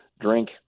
drink